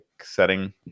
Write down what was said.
setting